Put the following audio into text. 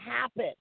happen